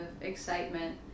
excitement